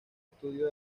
estudio